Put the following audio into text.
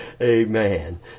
amen